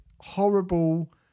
horrible